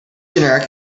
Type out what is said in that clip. generic